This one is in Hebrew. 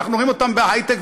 ואנחנו רואים אותם בהיי-טק,